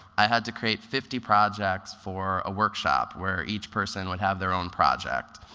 i had to create fifty projects for a workshop where each person would have their own project.